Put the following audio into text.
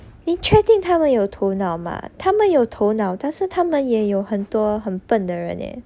你确定他会有头脑吗他们有头脑但是他们也有很多很笨的人